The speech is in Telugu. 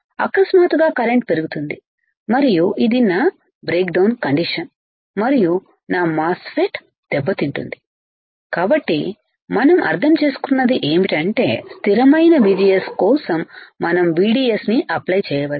అకస్మాత్తుగా కరెంట్ పెరుగుతుందిమరియు ఇది నా బ్రేక్డౌన్ కండిషన్ మరియు నా మాస్ ఫెట్ దెబ్బతింటుంది కాబట్టి మనం అర్థం చేసుకున్నది ఏమిటంటే స్థిరమైన VGS కోసం మనం VDS ను అప్లై చేయవచ్చు